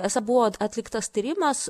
esą buvo atliktas tyrimas